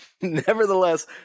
Nevertheless